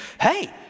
hey